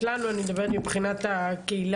לנו אני מדברת מבחינת הקהילה,